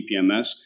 TPMS